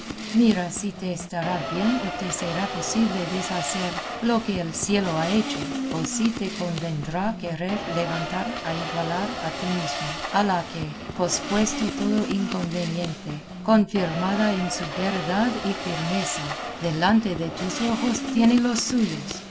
mira si te estará bien o te será posible deshacer lo que el cielo ha hecho o si te convendrá querer levantar a igualar a ti mismo a la que pospuesto todo inconveniente confirmada en su verdad y firmeza delante de tus ojos tiene los suyos